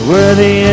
Worthy